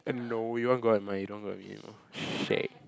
and no you want go out with Mai you don't want go out with me anymore shag